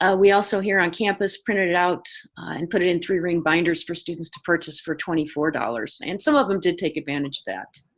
ah we also here on campus printed it out and put it in three-ring binders for students to purchase for twenty four dollars and some of them did take advantage that.